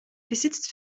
besitzt